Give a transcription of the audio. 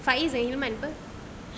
faiz dengan himan [pe]